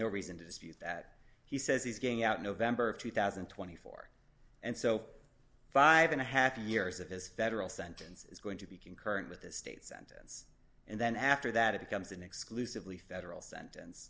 no reason to dispute that he says he's going out november of two thousand and twenty four and so five and a half years of his federal sentence is going to be concurrent with the state sentence and then after that it becomes an exclusively federal sentence